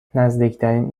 نزدیکترین